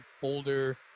folder –